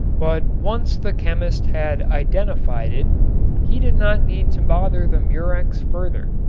but once the chemist had identified it he did not need to bother the murex further,